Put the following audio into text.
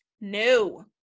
no